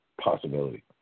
possibility